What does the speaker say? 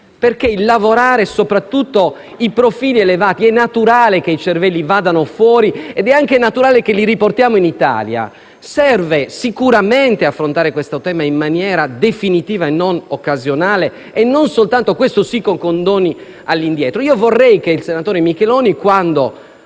perché il lavoro è cambiato, soprattutto per i profili elevati, è naturale che i cervelli vadano fuori ed è anche naturale che li riportiamo in Italia. Serve sicuramente affrontare questo tema in maniera definitiva e non occasionale e non soltanto - questo sì - con condoni all'indietro. Vorrei che il senatore Micheloni, quando